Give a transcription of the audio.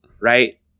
right